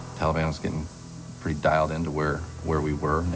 taliban was getting pretty dialed into where, where we were,